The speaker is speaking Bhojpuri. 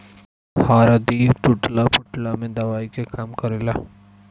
हरदी टूटला फुटला में दवाई के काम करेला